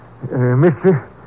Mister